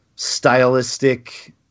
stylistic